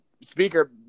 speaker